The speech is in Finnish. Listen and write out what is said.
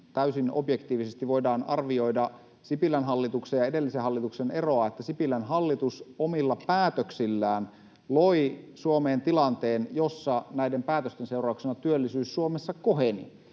täysin objektiivisesti voidaan arvioida Sipilän hallituksen ja edellisen hallituksen eroa: Sipilän hallitus omilla päätöksillään loi Suomeen tilanteen, jossa näiden päätösten seurauksena työllisyys Suomessa koheni.